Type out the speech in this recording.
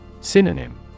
Synonym